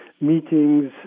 meetings